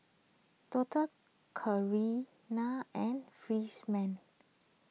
Doctor Carina and